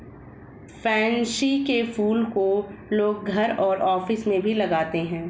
pansy के फूल को लोग घर और ऑफिस में भी लगाते है